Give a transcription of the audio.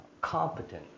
competent